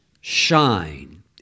shine